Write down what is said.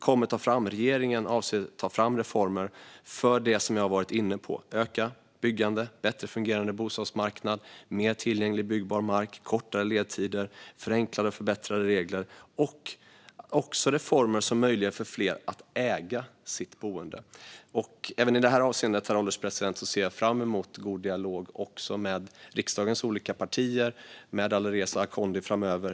Regeringen avser alltså att ta fram reformer för det jag har varit inne på: ett ökat byggande, en bättre fungerande bostadsmarknad, mer tillgänglig byggbar mark, kortare ledtider och förenklade och förbättrade regler - och även reformer som möjliggör för fler att äga sitt boende. Även i det avseendet ser jag fram emot en god dialog med riksdagens olika partier, herr ålderspresident, och med Alireza Akhondi.